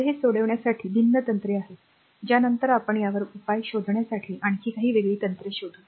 तर हे सोडविण्यासाठी भिन्न तंत्रे आहेत ज्यानंतर आपण यावर उपाय शोधण्यासाठी आणखी काही वेगळी तंत्रे शोधू